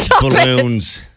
balloons